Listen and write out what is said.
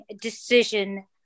decision